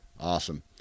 awesome